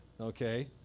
okay